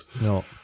No